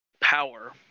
power